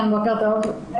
בוקר טוב.